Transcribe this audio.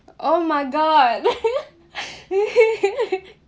oh my god